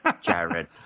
Jared